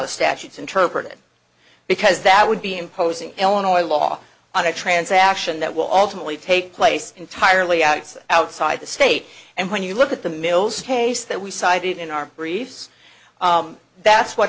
the statutes interpret it because that would be imposing illinois law on a transaction that will ultimately take place entirely outside outside the state and when you look at the mills case that we cited in our briefs that's what